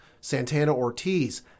Santana-Ortiz